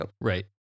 Right